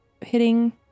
hitting